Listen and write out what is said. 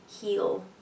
heal